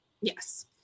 yes